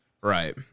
right